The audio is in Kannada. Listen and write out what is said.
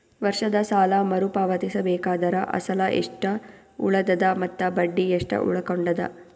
ವರ್ಷದ ಸಾಲಾ ಮರು ಪಾವತಿಸಬೇಕಾದರ ಅಸಲ ಎಷ್ಟ ಉಳದದ ಮತ್ತ ಬಡ್ಡಿ ಎಷ್ಟ ಉಳಕೊಂಡದ?